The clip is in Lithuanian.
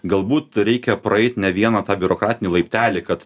galbūt reikia praeit ne vieną tą biurokratinį laiptelį kad